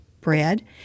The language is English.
bread